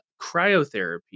cryotherapy